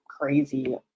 crazy